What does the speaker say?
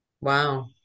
wow